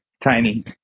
tiny